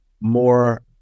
more